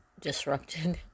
disrupted